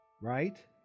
right